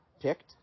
picked